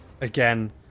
again